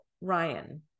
Ryan